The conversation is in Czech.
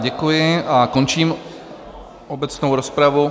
Děkuji a končím obecnou rozpravu.